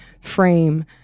frame